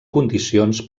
condicions